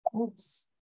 oops